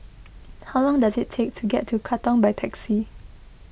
how long does it take to get to Katong by taxi